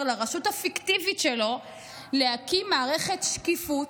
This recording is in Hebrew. לרשות הפיקטיבית שלו להקים מערכת "שקיפות"